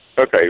Okay